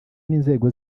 n’inzego